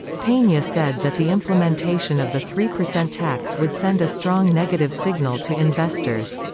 pena said that the implementation of the three percent tax would send a strong negative signal to investors.